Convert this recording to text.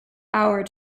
hour